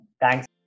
Thanks